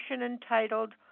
entitled